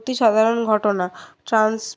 অতি সাধারন ঘটনা চান্স